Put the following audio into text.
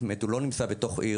זאת אומרת הוא לא נמצא בתוך עיר,